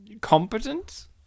Competent